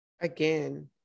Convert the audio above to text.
again